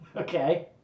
Okay